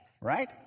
right